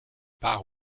par